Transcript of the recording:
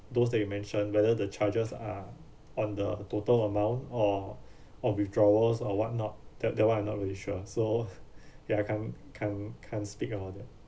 those that you mention whether the charges are on the total amount or or withdrawals or whatnot that that one I not really sure so ya I can't can't can't speak about that